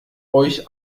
euch